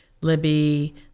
Libby